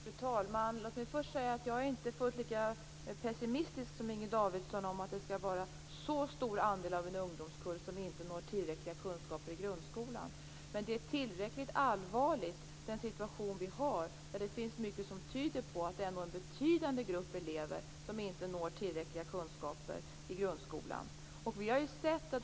Fru talman! Först vill jag säga att jag inte är fullt lika pessimistisk som Inger Davidson är om att det skall vara en så stor andel av en ungdomskull som inte når tillräckliga kunskaper i grundskolan. Men den situation som vi har är tillräckligt allvarlig. Det finns mycket som tyder på att det ändå är en betydande grupp elever som inte når tillräckliga kunskaper i grundskolan.